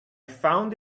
found